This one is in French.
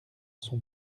son